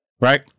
right